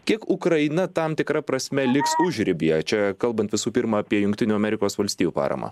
kiek ukraina tam tikra prasme liks užribyje čia kalbant visų pirma apie jungtinių amerikos valstijų paramą